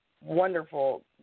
wonderful